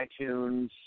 iTunes